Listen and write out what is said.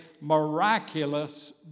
miraculous